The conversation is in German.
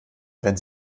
wenn